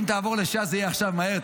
אם תעבור לש"ס זה יהיה עכשיו מהר.